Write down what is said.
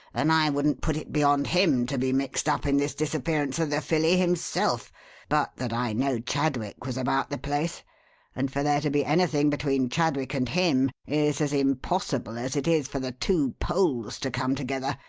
and i wouldn't put it beyond him to be mixed up in this disappearance of the filly himself but that i know chadwick was about the place and for there to be anything between chadwick and him is as impossible as it is for the two poles to come together,